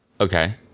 Okay